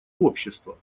общество